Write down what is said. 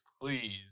please